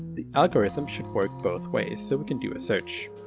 the algorithm should work both ways, so we can do a search.